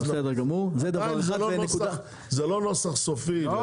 אבל זה לא נוסח סופי.